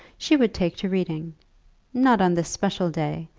she would take to reading not on this special day,